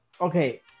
okay